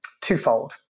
twofold